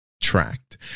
tracked